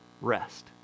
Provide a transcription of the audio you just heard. rest